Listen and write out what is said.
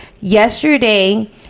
yesterday